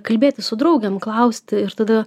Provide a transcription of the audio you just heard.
kalbėti su draugėm klausti ir tada